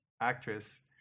actress